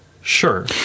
Sure